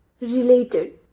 related